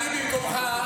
אני במקומך,